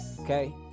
okay